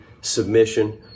submission